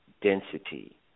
density